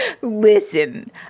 listen